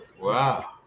Wow